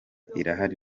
irahari